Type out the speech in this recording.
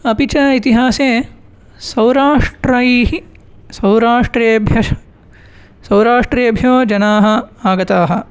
अपि च इतिहासे सौराष्ट्रैः सो सौराष्ट्रेभ्यः सौराष्ट्रेभ्यो जनाः आगताः